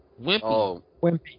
Wimpy